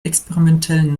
experimentellen